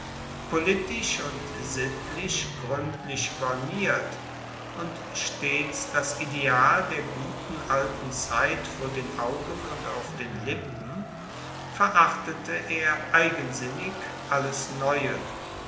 politisch und sittlich gruendlich borniert und stets das ideal der guten alten zeit vor den augen und auf den lippen verachtete er eigensinnig alles neue